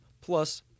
plus